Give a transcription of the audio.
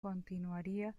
continuaría